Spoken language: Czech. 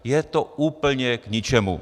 Je to úplně k ničemu.